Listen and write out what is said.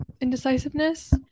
indecisiveness